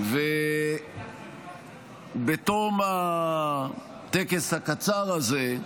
בתום הטקס הקצר הזה,